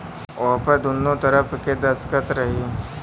ओहपर दुन्नो तरफ़ के दस्खत रही